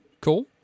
cool